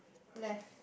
left